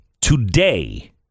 Today